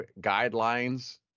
guidelines